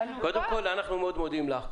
אנו מאוד מודים לך.